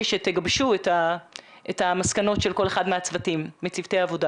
שתגבשו המסקנות של כל אחד מצוותי העבודה.